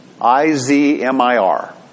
I-Z-M-I-R